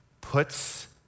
puts